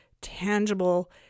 tangible